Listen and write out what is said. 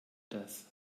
das